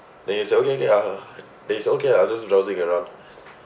then you say okay okay uh then you say okay I'm just browsing around